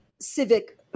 civic